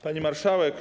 Pani Marszałek!